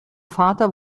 vater